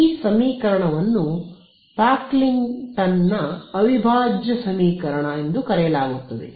ಈ ಸಮೀಕರಣವನ್ನು ಪಾಕ್ಲಿಂಗ್ಟನ್ನ ಅವಿಭಾಜ್ಯ ಸಮೀಕರಣ ಎಂದು ಕರೆಯಲಾಗುತ್ತದೆ